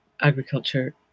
agriculture